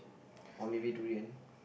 or maybe durian